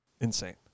insane